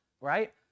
right